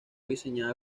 diseñada